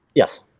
yes.